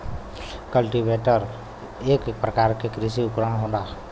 cultipacker एक परकार के कृषि उपकरन होला